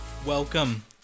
Welcome